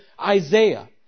Isaiah